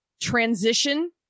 Transition